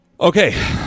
Okay